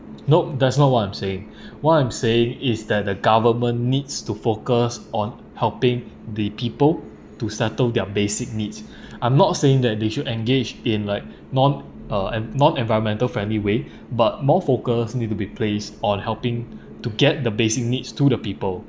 nope that's not what I'm saying what I'm saying is that the government needs to focus on helping the people to settle their basic needs I'm not saying that they should engage in like non uh en~ non-environmental friendly way but more focus need to be placed on helping to get the basic needs to the people